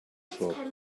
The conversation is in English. shop